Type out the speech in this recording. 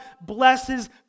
blesses